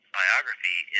biography